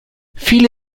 viele